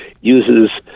uses